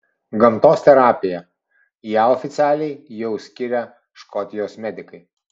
gamtos terapija ją oficialiai jau skiria škotijos medikai